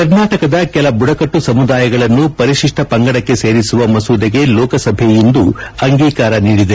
ಕರ್ನಾಟಕದ ಕೆಲ ಬುಡಕಟ್ಟು ಸಮುದಾಯಗಳನ್ನು ಪರಿಶಿಷ್ಟ ಪಂಗಡಕ್ಕೆ ಸೇರಿಸುವ ಮಸೂದೆಗೆ ಲೋಕಸಭೆ ಇಂದು ಅಂಗೀಕಾರ ನೀಡಿದೆ